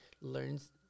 learns